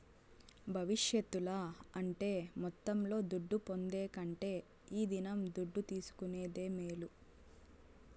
భవిష్యత్తుల అంటే మొత్తంలో దుడ్డు పొందే కంటే ఈ దినం దుడ్డు తీసుకునేదే మేలు